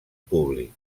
públic